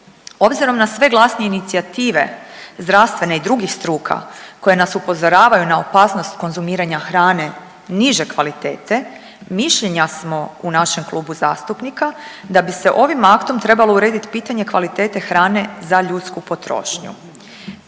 Obzirom na sve glasnije inicijative zdravstvenih i drugih struka koje nas upozoravaju na opasnost konzumiranja hrane niže kvalitete mišljenja smo u našem klubu zastupnika da bi se ovim aktom trebalo urediti pitanje kvalitete hrane za ljudsku potrošnju.